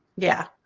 yeah,